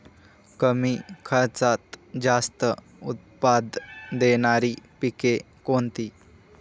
कमी खर्चात जास्त उत्पाद देणारी पिके कोणती?